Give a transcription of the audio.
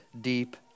deep